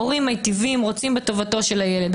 הורים מיטיבים רוצים בטובתו של הילד,